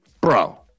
Bro